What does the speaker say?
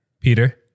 Peter